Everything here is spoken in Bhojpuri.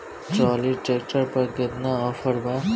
ट्राली ट्रैक्टर पर केतना ऑफर बा?